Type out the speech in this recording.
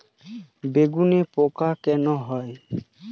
বেগুনে পোকা কেন হয়?